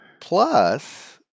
Plus